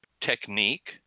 technique